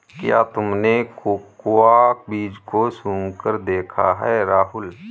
क्या तुमने कोकोआ बीज को सुंघकर देखा है राहुल?